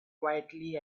quietly